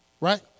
right